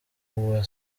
uwa